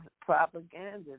propaganda